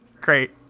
Great